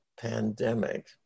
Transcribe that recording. pandemic